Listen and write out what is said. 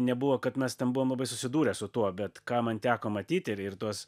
nebuvo kad mes ten buvom labai susidūrę su tuo bet ką man teko matyt ir ir tuos